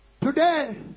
Today